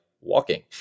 walking